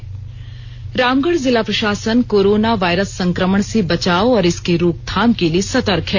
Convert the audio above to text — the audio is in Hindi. रामगढ़ कोरोना रामगढ़ जिला प्रशासन कोरोना वायरस संक्रमण से बचाव और इसके रोकथाम के लिए सर्तक है